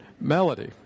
melody